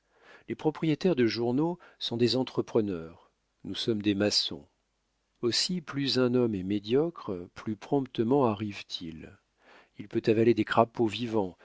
les propriétaires de journaux sont des entrepreneurs nous sommes des maçons aussi plus un homme est médiocre plus promptement arrive-t-il il peut avaler des crapauds vivants